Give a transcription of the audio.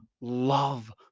love